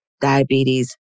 diabetes